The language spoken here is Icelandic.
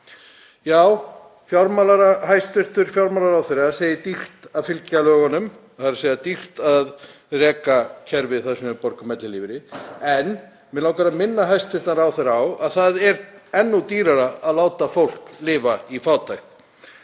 Já, hæstv. fjármálaráðherra segir dýrt að fylgja lögunum, þ.e. dýrt að reka kerfi þar sem við borgum ellilífeyri, en mig langar að minna hæstv. ráðherra á að það er enn dýrara að láta fólk lifa í fátækt.